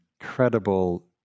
incredible